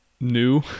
new